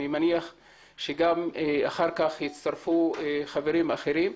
אני מניח שגם אחר-כך יצטרפו חברים אחרים.